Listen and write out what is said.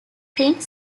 print